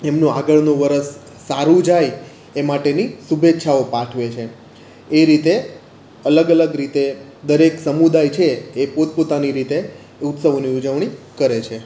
એમનું આગળનું વર્ષ સારું જાય એ માટેની શુભેચ્છાઓ પાઠવે છે એ રીતે અલગ અલગ રીતે દરેક સમુદાય છે તે પોતપોતાની રીતે ઉત્સવોની ઉજવણી કરે છે